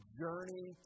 journey